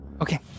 Okay